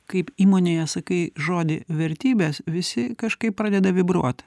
kaip įmonėje sakai žodį vertybės visi kažkaip pradeda vibruot